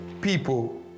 people